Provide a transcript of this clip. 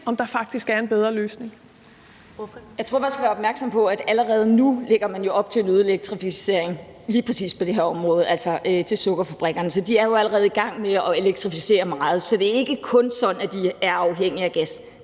11:51 Pia Olsen Dyhr (SF) : Jeg tror, man skal være opmærksom på, at allerede nu lægger man jo op til en øget elektrificering lige præcis på det her område, altså til sukkerfabrikkerne – de er jo allerede i gang med at elektrificere meget. Så det er ikke kun sådan, at de er afhængige af gas